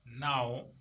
now